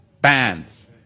bands